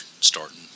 starting